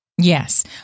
Yes